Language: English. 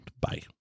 Bye